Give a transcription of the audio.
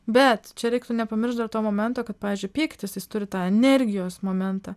bet čia reiktų nepamiršt dar to momento kad pavyzdžiui pyktis jis turi tą energijos momentą